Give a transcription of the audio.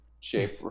shape